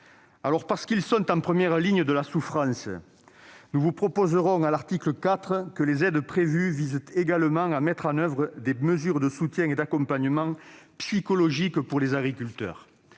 ... Parce qu'ils sont en première ligne de la souffrance, nous proposerons, à l'article 4, que les aides prévues servent également à la mise en oeuvre de mesures de soutien et d'accompagnement psychologique pour les agriculteurs,